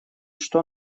что